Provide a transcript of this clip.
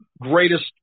greatest